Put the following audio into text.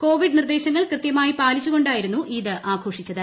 Covid നിർദ്ദേശങ്ങൾ കൃത്യമായി പാലിച്ചുകൊണ്ടായിരുന്നു ഈദ് ആഘോഷിച്ചത്